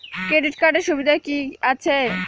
Credit কার্ডের সুবিধা কি আছে?